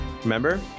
remember